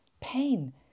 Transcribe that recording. pain